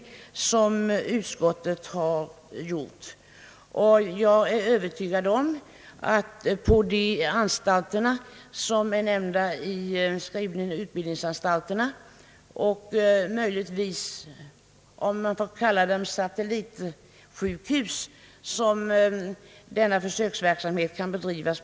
Barnmorskeskolorna har enligt min övertygelse faktiskt möjligheter till ett individuellt urval av elever till vikariaten på de utbildningsanstalter, som är nämnda i utskottets skrivning och på de — om jag får kalla dem så — satellitsjukhus där den aktuella för söksverksamheten också kan bedrivas.